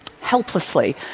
helplessly